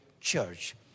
church